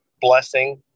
blessing